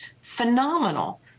phenomenal